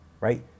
right